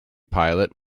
pilot